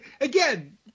Again